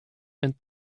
and